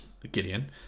Gideon